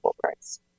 price